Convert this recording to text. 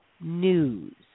News